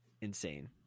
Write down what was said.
insane